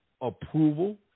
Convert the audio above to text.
approval